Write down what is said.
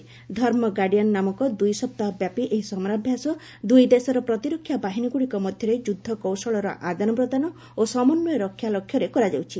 'ଧର୍ମ ଗାଡ଼ିଆନ୍' ନାମକ ଦୁଇ ସପ୍ତାହ ବ୍ୟାପୀ ଏହି ସମରାଭ୍ୟାସ ଦୁଇ ଦେଶର ପ୍ରତିରକ୍ଷା ବାହିନୀଗୁଡ଼ିକ ମଧ୍ୟରେ ଯୁଦ୍ଧକୌଶଳର ଆଦାନ ପ୍ରଦାନ ଓ ସମନ୍ୱୟ ରକ୍ଷା ଲକ୍ଷ୍ୟରେ କରାଯାଉଛି